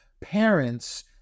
parents